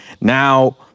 now